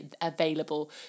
available